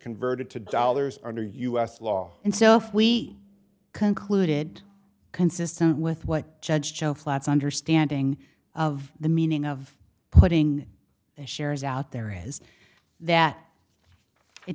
converted to dollars under us law and so if we concluded consistent with what judge joe flats understanding of the meaning of putting the shares out there has that it